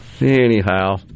Anyhow